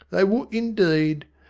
they would indeed.